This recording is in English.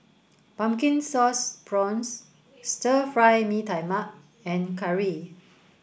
pumpkin sauce prawns Stir Fry Mee Tai Mak and curry